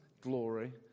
glory